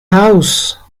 house